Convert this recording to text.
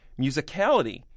musicality